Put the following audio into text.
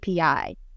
API